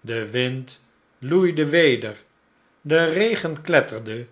de wind loeide weder de regen kletterde